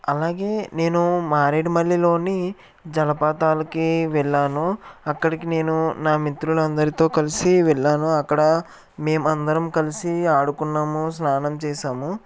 అలాగే నేను మారేడుమల్లిలోని జలపాతాలకి వెళ్ళాను అక్కడికి నేను నా మిత్రులందరితో కలిసి వెళ్ళాను అక్కడ మేమందరం కలిసి ఆడుకున్నాము స్నానం చేసాము